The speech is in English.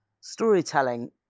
storytelling